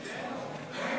מתינו?